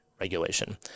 regulation